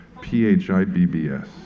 P-H-I-B-B-S